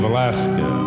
Alaska